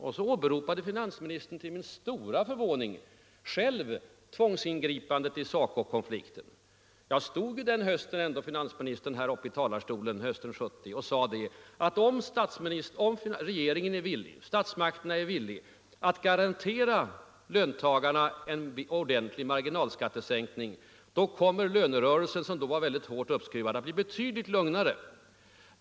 Till min stora förvåning åberopade finansministern själv tvångsingripandet i SACO-konflikten. Jag stod ändå här uppe i talarstolen hösten 1970 och sade att om statsmakterna är villiga att garantera löntagarna en ordentlig marginalskattesänkning, då kommer lönerörelsen — som då var väldigt hårt uppskruvad — att bli betydligt lugnare.